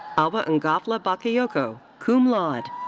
awa ngafla bakayoko, cum laude.